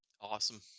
Awesome